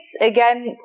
again